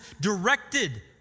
directed